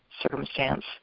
circumstance